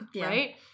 Right